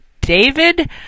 David